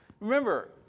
Remember